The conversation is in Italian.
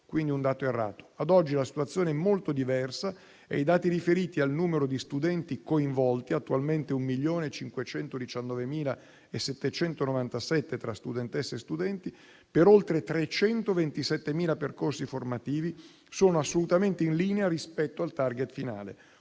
quindi è un dato errato. Ad oggi la situazione è molto diversa e i dati riferiti al numero di studenti coinvolti, attualmente 1.519.797 tra studentesse e studenti, per oltre 327.000 percorsi formativi, sono assolutamente in linea rispetto al *target* finale.